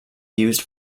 used